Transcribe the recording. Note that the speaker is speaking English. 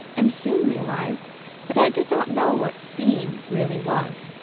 and soon realized that i did not know what seeing really was,